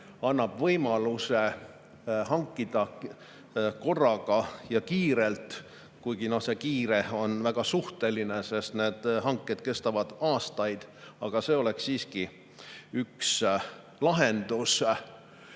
annab võimaluse hankida korraga ja kiirelt, kuigi see "kiirelt" on väga suhteline, sest need hanked kestavad aastaid. Aga see oleks siiski üks lahendus.